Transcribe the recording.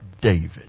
David